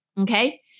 okay